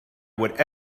would